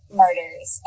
murders